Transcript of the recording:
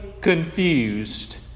confused